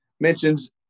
mentions